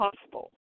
possible